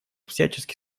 всячески